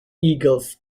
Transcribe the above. eagles